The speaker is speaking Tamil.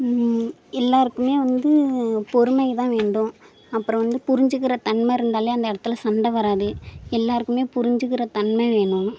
எல்லாேருக்குமே வந்து பொறுமைதான் வேண்டும் அப்புறம் வந்து புரிஞ்சுக்கிற தன்மை இருந்தாலே அந்த இடத்துல சண்டை வராது எல்லாேருக்குமே புரிஞ்சுக்கிற தன்மை வேணும்